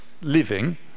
living